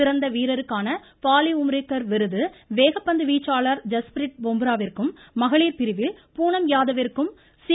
சிறந்த வீரருக்கான பாலி உம்ரிக்கர் விருது வேகப்பந்து வீச்சாளர் ஜஸ்பிரிட் பும்ராவிற்கும் மகளிர் பிரிவில் பூணம் யாதவ்விற்கும் சி